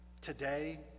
today